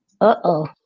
Uh-oh